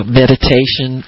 meditation